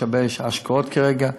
יש הרבה השקעות כרגע,